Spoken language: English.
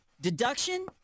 deduction